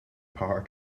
power